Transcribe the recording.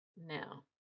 now